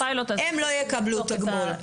הן לא יקבלו תגמול.